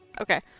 Okay